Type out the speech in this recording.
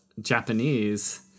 Japanese